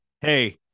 hey